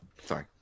Sorry